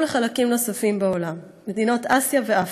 לחלקים נוספים בעולם: מדינות אסיה ואפריקה.